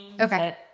Okay